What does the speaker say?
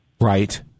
Right